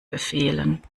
befehlen